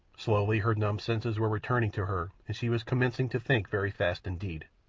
slowly her numbed senses were returning to her and she was commencing to think very fast indeed.